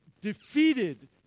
defeated